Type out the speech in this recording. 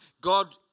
God